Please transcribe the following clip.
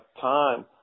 time